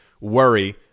worry